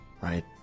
right